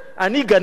אני גננת?